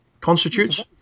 constitutes